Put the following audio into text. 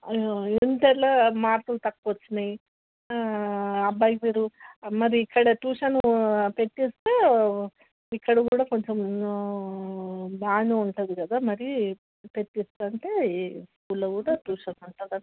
ఇంటర్లో మార్కులు తక్కువ వచ్చినాయి ఆ అబ్బాయి పేరు మరి ఇక్కడ ట్యూషన్ పెట్టిస్తే ఇక్కడ కూడా కొంచెం బాగా ఉంటుంది కదా మరి పెట్టిస్తాను అంటే ఈ స్కూల్లో కూడా ట్యూషన్ ఉంటుంది అండి